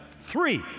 Three